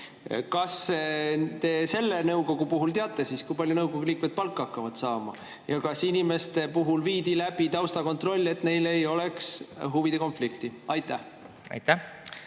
kas te selle nõukogu puhul teate, kui palju nõukogu liikmed palka hakkavad saama, ja kas inimeste puhul viidi läbi taustakontroll, et neil ei oleks huvide konflikti? Aitäh!